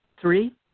Three